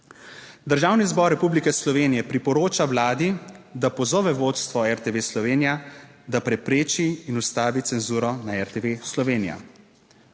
Državni zbor Republike Slovenije priporoča Vladi, da pozove vodstvo RTV Slovenija, da prepreči in ustavi cenzuro na RTV Slovenija.